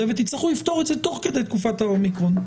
ותצטרכו לפתור את זה תוך כדי תקופת ה-אומיקרון.